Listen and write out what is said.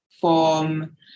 form